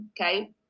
okay